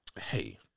hey